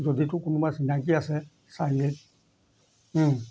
যদি তোৰ কোনোবা চিনাকি আছে চাই দে